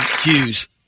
Hughes